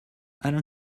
alain